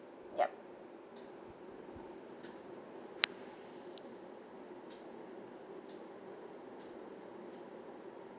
yup